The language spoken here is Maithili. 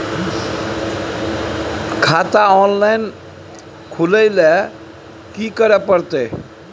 खाता ऑनलाइन खुले ल की करे परतै?